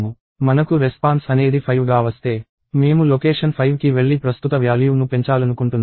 మనకు రెస్పాన్స్ అనేది 5 గా వస్తే మేము లొకేషన్ 5కి వెళ్లి ప్రస్తుత వ్యాల్యూ ను పెంచాలనుకుంటున్నాము